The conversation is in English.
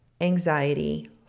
anxiety